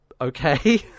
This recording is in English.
okay